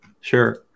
Sure